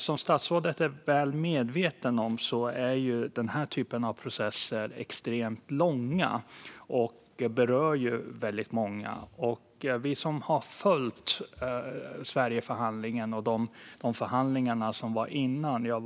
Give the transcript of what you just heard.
Som statsrådet är väl medveten om är denna typ av processer extremt långa, och de berör väldigt många. Vissa av oss har följt Sverigeförhandlingen och de förhandlingar som skedde innan dess.